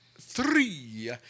three